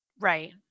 Right